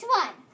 one